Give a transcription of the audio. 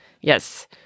yes